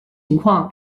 情况